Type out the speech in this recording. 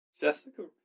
Jessica